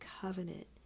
covenant